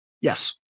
Yes